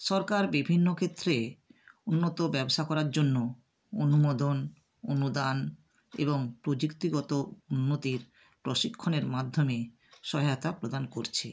সরকার বিভিন্ন ক্ষেত্রে উন্নত ব্যবসা করার জন্য অনুমোদন অনুদান এবং প্রযুক্তিগত উন্নতির প্রশিক্ষণের মাধ্যমে সহায়তা প্রদান করছে